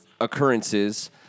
occurrences